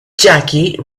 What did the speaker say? jackie